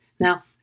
Now